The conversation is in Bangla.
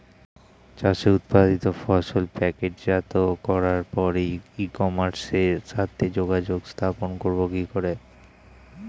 চাষের উৎপাদিত ফসল প্যাকেটজাত করার পরে ই কমার্সের সাথে যোগাযোগ স্থাপন করব কি করে?